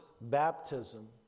baptism